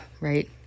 right